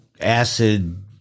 acid